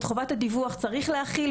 את חובת הדיווח צריך להחיל,